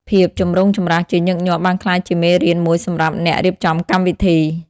ភាពចម្រូងចម្រាសជាញឹកញាប់បានក្លាយជាមេរៀនមួយសម្រាប់អ្នករៀបចំកម្មវិធី។